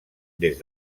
des